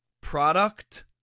product